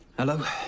hello?